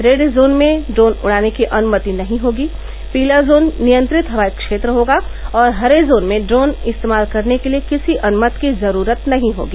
red zone में drone उड़ाने की अनुमति नहीं होगी पीला जोन नियंत्रित हवाई क्षेत्र होगा और हरे जोन में ड्रोन इस्तेमाल करने के लिए किसी अनुमति की ज़रूरत नहीं होगी